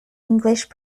english